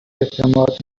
اعتماد